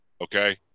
Okay